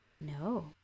No